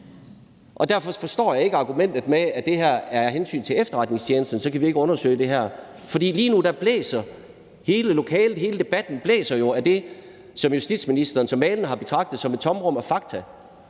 Derfor forstår jeg ikke argumentet om, at det er af hensyn til efterretningstjenesten, vi ikke kan undersøge det her, for lige nu emmer debatten jo af det, som justitsministeren så malende har betegnet som et tomrum af fakta,